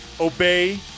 Obey